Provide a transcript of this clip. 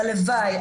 הלוואי.